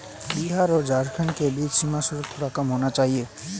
बिहार और झारखंड के बीच सीमा शुल्क थोड़ा कम होना चाहिए